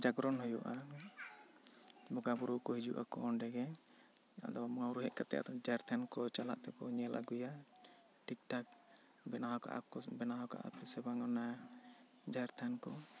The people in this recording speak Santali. ᱡᱟᱜᱽᱨᱚᱱ ᱦᱩᱭᱩᱜᱼᱟ ᱵᱚᱸᱜᱟ ᱵᱳᱨᱳ ᱠᱚ ᱦᱤᱡᱩᱜ ᱟᱠᱚ ᱚᱸᱰᱮ ᱜᱮ ᱟᱫᱚ ᱩᱢᱟᱹᱜ ᱦᱮᱡ ᱠᱟᱛᱮ ᱡᱟᱨᱛᱷᱟᱱ ᱛᱮᱠᱚ ᱪᱟᱞᱟᱜ ᱛᱮᱠᱚ ᱧᱮᱞ ᱟᱹᱜᱩᱭᱟ ᱴᱷᱤᱠ ᱴᱷᱟᱠ ᱵᱮᱱᱟᱣ ᱠᱟᱜᱼᱟᱠᱚ ᱵᱮᱱᱟᱣ ᱠᱟᱜᱼᱟᱠᱚ ᱥᱮ ᱵᱟᱝ ᱚᱱᱟ ᱡᱟᱦᱮᱨ ᱛᱷᱟᱱ ᱠᱚ